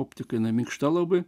optikai minkšta labai